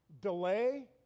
delay